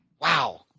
Wow